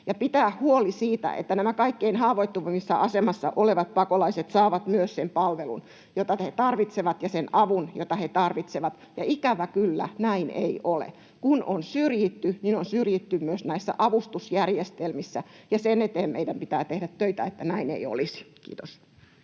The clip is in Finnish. pitää huoli siitä, että nämä kaikkein haavoittuvimmassa asemassa olevat pakolaiset saavat myös sen palvelun, jota he tarvitsevat, ja sen avun, jota he tarvitsevat, ja ikävä kyllä näin ei ole. Kun on syrjitty, niin on syrjitty myös näissä avustusjärjestelmissä, ja sen eteen meidän pitää tehdä töitä, että näin ei olisi. — Kiitos.